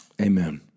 amen